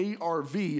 ARV